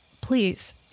please